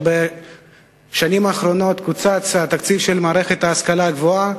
שבשנים האחרונות קוצץ התקציב של מערכת ההשכלה הגבוהה,